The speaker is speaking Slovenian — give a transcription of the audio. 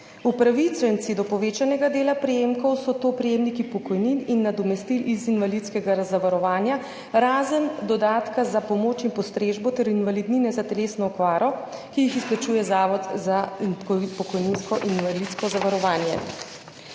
Upravičenci do povečanega dela prejemkov so prejemniki pokojnin in nadomestil iz invalidskega zavarovanja, razen dodatka za pomoč in postrežbo ter invalidnine za telesno okvaro, ki jih izplačuje Zavod za pokojninsko in invalidsko zavarovanje.